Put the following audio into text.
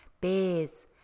bears